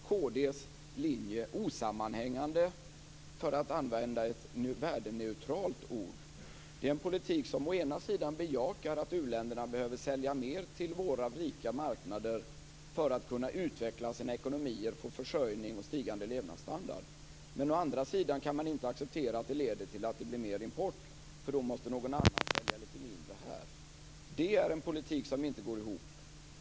Kd:s linje är osammanhängande, om jag använder ett värdeneutralt ord. Det är en politik som å ena sidan bejakar att u-länderna behöver sälja mer till våra rika marknader för att kunna utveckla sina ekonomier, för sin försörjning och för att få en stigande levnadsstandard. Å andra sidan kan man inte acceptera att det leder till att det blir mer import, eftersom någon annan då måste sälja lite mindre här. Det är en politik som inte går ihop.